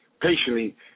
patiently